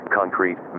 concrete